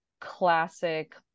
classic